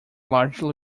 largely